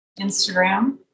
Instagram